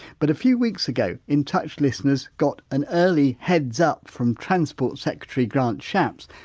but a few weeks ago, in touch listeners got an early heads up from transport secretary grant shapps,